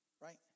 Right